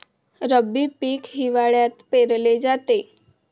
रब्बी पीक हिवाळ्यात पेरले जाते